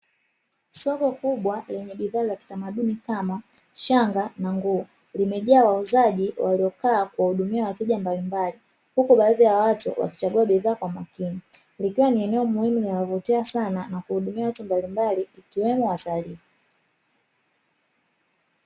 Soko kubwa lenye bidhaa za kitamaduni kama shanga na nguo, limejaa wauzaji waliokaa kuwahudumia wateja mbalimbali, huku baadhi ya watu wakichagua bidhaa kwa makini. Likiwa ni eneo muhimu linalovutia sana na kuhudumia watu mbalimbali ikiwemo watalii.